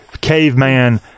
caveman